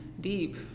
deep